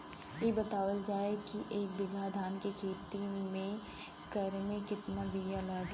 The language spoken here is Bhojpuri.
इ बतावल जाए के एक बिघा धान के खेती करेमे कितना बिया लागि?